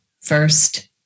first